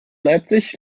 leipzig